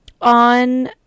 on